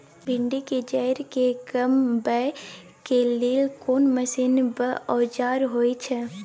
भिंडी के जईर के कमबै के लेल कोन मसीन व औजार होय छै?